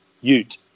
ute